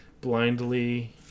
blindly